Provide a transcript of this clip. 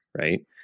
right